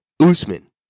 Usman